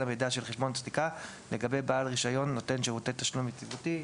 המידע של חשבון סליקה לגבי בעל רישיון נותן שירותי תשלום יציבותי.